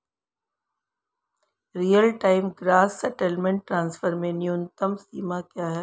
Real time gross settlement transfer में न्यूनतम सीमा क्या है?